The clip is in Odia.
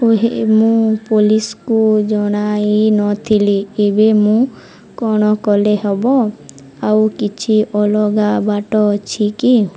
ଓହେ ମୁଁ ପୋଲିସ୍କୁ ଜଣାଇନଥିଲି ଏବେ ମୁଁ କ'ଣ କଲେ ହେବ ଆଉ କିଛି ଅଲଗା ବାଟ ଅଛି କି